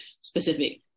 specific